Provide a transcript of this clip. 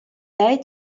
lei